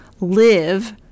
live